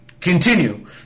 continue